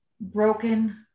broken